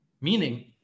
Meaning